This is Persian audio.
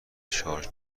شارژ